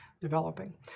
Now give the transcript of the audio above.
developing